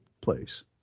place